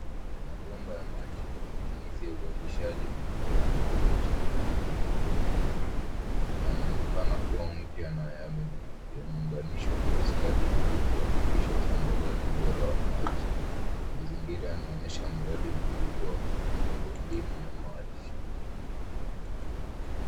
Mabomba ya maji kwa matumizi ya uzalishaji mkubwa yamewekwa chini kwa mpangilio mzuri. Yanaonekana kuwa mpya na yameunganishwa kwa ustadi ili kuhakikisha usambazaji bora wa maji. Mazingira yanaonyesha mradi mkubwa wa miundombinu ya maji.